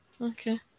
Okay